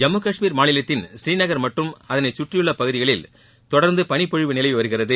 ஜம்முகஷ்மீர் மாநிலத்தின் புநீநகர் மற்றும் அதனைச்சுற்றியுள்ள பகுதிகளில் தொடர்ந்து பனிப்பொழிவு நிலவி வருகிறது